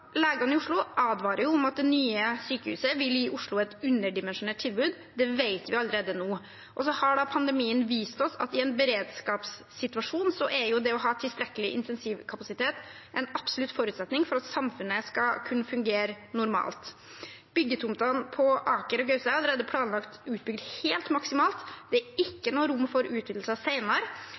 i Oslo advarer om at det nye sykehuset vil gi Oslo et underdimensjonert tilbud. Det vet vi allerede nå. Så har pandemien vist oss at i en beredskapssituasjon er det å ha tilstrekkelig intensivkapasitet en absolutt forutsetning for at samfunnet skal kunne fungere normalt. Byggetomtene på Aker og Gaustad er allerede planlagt utbygd helt maksimalt, det er ikke noe rom for